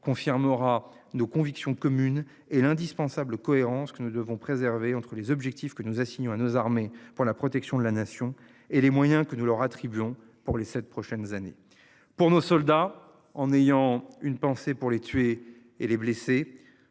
confirmera nos convictions communes et l'indispensable cohérence que nous devons préserver entre les objectifs que nous assignant à nos armées pour la protection de la nation et les moyens que nous leur attribuons pour les 7 prochaines années pour nos soldats en ayant une pensée pour les tués et les blessés